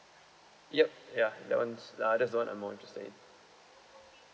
yup ya that [one] s~ uh that's the [one] I'm more interested in